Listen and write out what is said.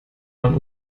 waren